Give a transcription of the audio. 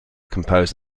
composed